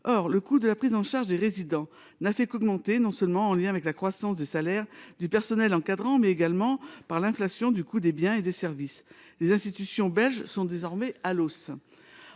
le coût de la prise en charge des résidents n’a fait qu’augmenter, en raison non seulement de la croissance des salaires du personnel encadrant, mais également de l’inflation du coût des biens et des services. Les institutions belges sont désormais à l’os.